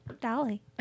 Dolly